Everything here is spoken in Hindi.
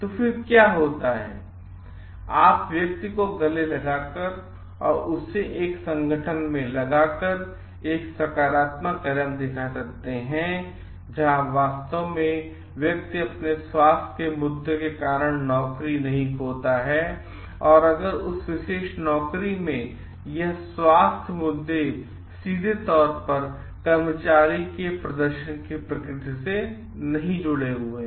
फिर क्या होता है आप व्यक्ति को गले लगाकर और उसे एक संगठन में लगाकर एक सकारात्मक कदम दिखा सकते हैंजहां वास्तव में व्यक्ति अपने स्वास्थ्य के मुद्दों के कारण नौकरी नहीं खोता है और अगर उस विशेष नौकरी में यह स्वास्थ्य मुद्दे सीधे तौर पर कर्मचारी प्रदर्शन की प्रकृति से नहीं जुड़े हैं